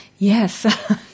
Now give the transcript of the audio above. Yes